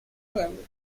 well